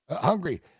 Hungry